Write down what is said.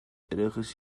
herejes